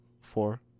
four